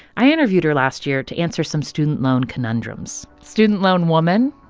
i interviewed her last year to answer some student loan conundrums student loan woman?